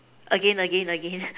again again again